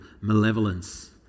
malevolence